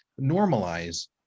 normalize